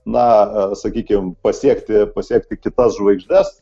na sakykim pasiekti pasiekti kitas žvaigždes